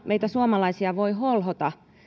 meitä suomalaisia voi holhota